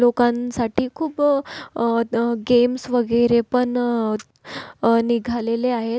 लोकांसाठी खूप गेम्स वगैरे पण निघालेले आहे